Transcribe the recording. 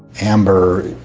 amber